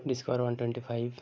discover one twenty five